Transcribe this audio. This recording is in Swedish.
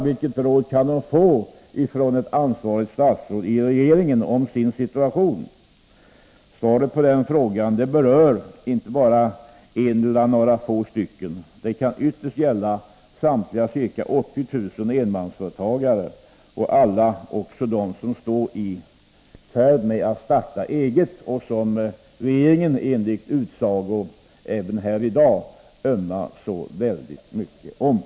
Vilket råd kan de få av ett ansvarigt statsråd när det gäller sin egen situation? Svaret på denna fråga berör inte bara några få personer. Ytterst kan det gälla samtliga ca 80 000 enmansföretagare och även alla dem som står i färd med att starta eget och som regeringen enligt utsago ömmar så mycket för, vilket framhållits även i dag.